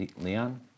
Leon